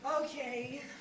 Okay